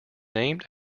named